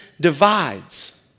divides